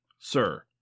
sir